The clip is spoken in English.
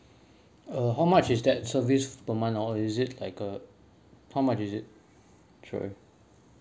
uh how much is that service per month or is it like a how much is it sorry